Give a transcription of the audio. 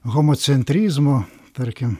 homocentrizmo tarkim